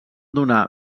donar